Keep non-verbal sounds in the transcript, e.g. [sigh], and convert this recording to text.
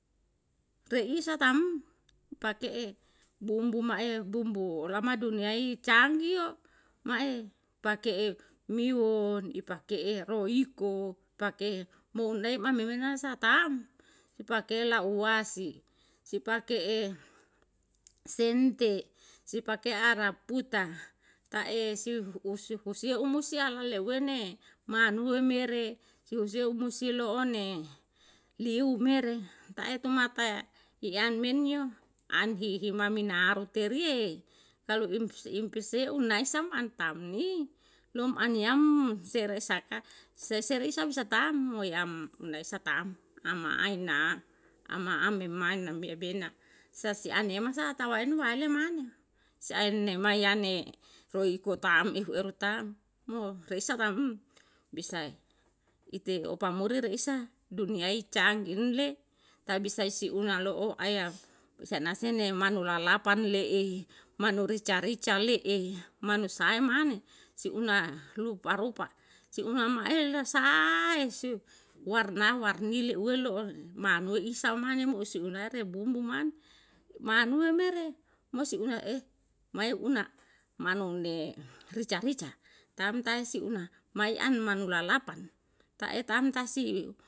Reisa tam, pake e bumbu mae bumbu lama duniyai canggih yo mae pakee miwon ipake'e roiko, pake'e mo oneima memena sa tam, ipake lauwasi, si pake'e sente, sipake araputa, ta'e si usu husio musi analeuwene manue mere, si husio musi lo'one liu mere taeta mata i an men yo an hi hima minaaru teriye, kali im impisie unae sam an tam ni, loman yam sere saka, seserisa bisa tam mo yam naisa tam, ama ae na, ama ame mae na mbe bena sa si an yem masa tawaen waele maneo, seaenema yane riko tam ehu eru tam mo reisa tam bisae ite opamusri reisa duniyai canggih nle, tae bisa isi ulang alo'o ayak, mesa nase me manu lalapan le'e, manu rica rica le'e, manusae mane, si una rupa rupa, si una mae la sae siu, warna warni leuwe lo'one, manuwe isa mane mo, sii unae re bumbu man manuwe mere, mo si una [hesitation] mae una manone rica rica, tam tae si una mae an manu lalapan tae tam ta si